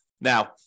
Now